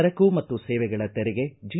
ಸರಕು ಮತ್ತು ಸೇವೆಗಳ ತೆರಿಗೆ ಜಿ